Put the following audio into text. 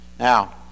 Now